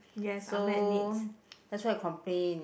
so that's why you complain